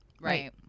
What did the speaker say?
right